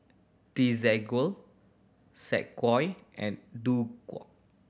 Desigual Saucony and Doux